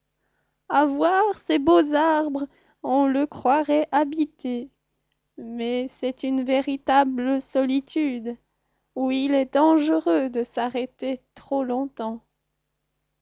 voir ces beaux arbres on le croirait habité mais c'est une véritable solitude où il est dangereux de s'arrêter trop longtemps